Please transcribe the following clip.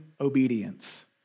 obedience